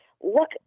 look